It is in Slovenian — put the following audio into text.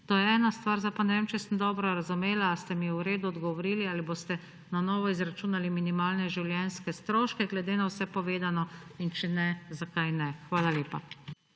To je ena stvar. Zdaj pa ne vem, ali sem dobro razumela, ali ste mi v redu odgovorili, ali boste na novo izračunali minimalne življenjske stroške glede na vse povedano. In če ne, zakaj ne. Hvala lepa.